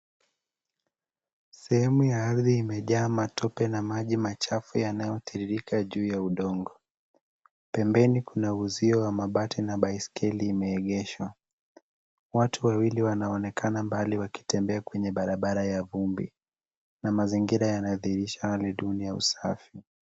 Sehemu ya ardhi imejaa matope na maji machafu yanayotiririka juu ya udongo. Pembeni kuna uzio wa mabati na baiskeli imeegeshwa. Watu wawili wanaonekana mbali wakitembea kwenye barabara ya vumbi na mazingira yanadhihirisha hali duni ya usafi.